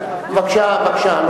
אני רוצה גם, בבקשה.